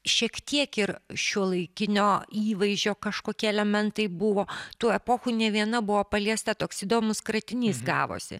šiek tiek ir šiuolaikinio įvaizdžio kažkokie elementai buvo tų epochų ne viena buvo paliesta toks įdomus kratinys gavosi